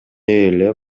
эле